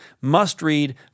must-read